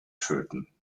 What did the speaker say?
töten